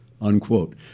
Unquote